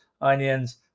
onions